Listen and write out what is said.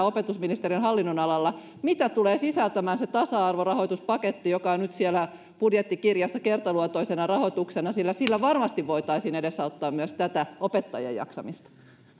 opetusministeriön hallinnonalalla mitä tulee sisältämään se tasa arvorahoituspaketti joka on nyt siellä budjettikirjassa kertaluontoisena rahoituksena sillä sillä varmasti voitaisiin edesauttaa myös tätä opettajien jaksamista